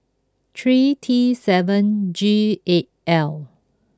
three T seven G eight L